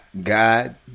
God